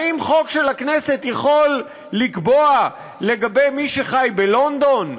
האם חוק של הכנסת יכול לקבוע לגבי מי שחי בלונדון?